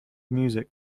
music